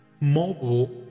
mobile